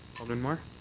alderman marr?